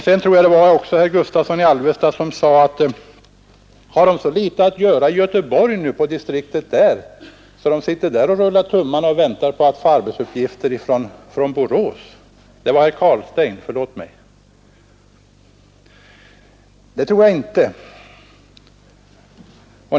Sedan var det visst herr Carlstein som undrade om de har så litet att göra inom Göteborgsdistriktet att de sitter och rullar tummarna och väntar på att få arbetsuppgifter från Borås. Det tror jag inte att de har.